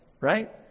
right